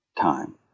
time